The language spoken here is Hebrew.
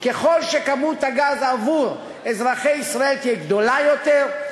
ככל שכמות הגז עבור אזרחי ישראל תהיה גדולה יותר,